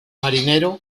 marinero